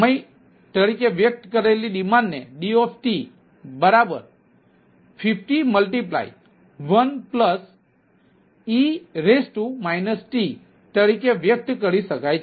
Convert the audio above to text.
સમય તરીકે વ્યક્ત કરેલી ડિમાન્ડને D50 1e tતરીકે વ્યક્ત કરી શકાય છે